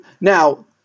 now